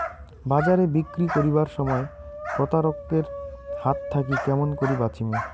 বাজারে বিক্রি করিবার সময় প্রতারক এর হাত থাকি কেমন করি বাঁচিমু?